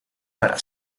para